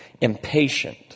impatient